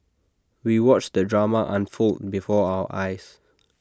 we watched the drama unfold before our eyes